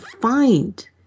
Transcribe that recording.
find